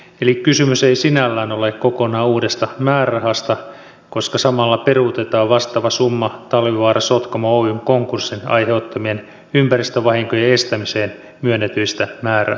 eli kysymys ei sinällään ole kokonaan uudesta määrärahasta koska samalla peruutetaan vastaava summa talvivaara sotkamo oyn konkurssin aiheuttamien ympäristövahinkojen estämiseen myönnetyistä määrärahoista